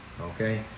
Okay